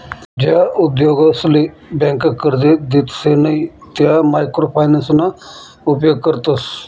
ज्या उद्योगसले ब्यांका कर्जे देतसे नयी त्या मायक्रो फायनान्सना उपेग करतस